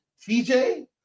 TJ